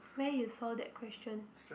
where you saw that question